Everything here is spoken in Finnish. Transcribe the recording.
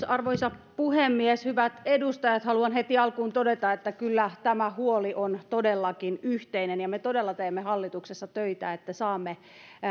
arvoisa puhemies hyvät edustajat haluan heti alkuun todeta että kyllä tämä huoli on todellakin yhteinen ja me todella teemme hallituksessa töitä että saamme